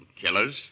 Killers